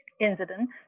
incident